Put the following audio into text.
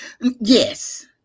Yes